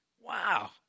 Wow